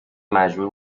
مجبور